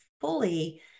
fully